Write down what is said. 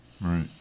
Right